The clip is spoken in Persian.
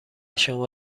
شما